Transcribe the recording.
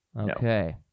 Okay